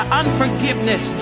unforgiveness